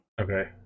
Okay